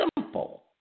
simple